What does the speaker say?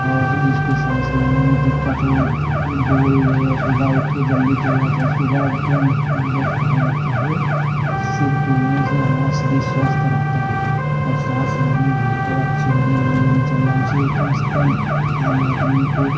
और जिसके साँस लेने में दिक्कत हो तो दौड़ ले सुबह उठके जल्दी दौड़ना चाहिए सुबह ब्रह्म मुर्हूत कहा जाता है इससे दौड़ने से हमारा शरीर स्वस्थ रहता है और श्वास लेने भी और अच्छी नींद लेनी चाहिए हमसे कम से कम आम आदमी को